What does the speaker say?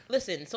Listen